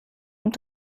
und